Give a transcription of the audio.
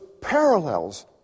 parallels